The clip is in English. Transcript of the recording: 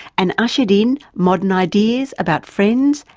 and ushered in modern ideas about friends,